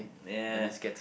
yeah